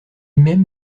même